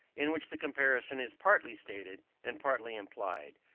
in which the comparison is partly stated and partly implied.